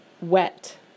wet